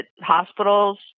hospitals